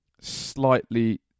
slightly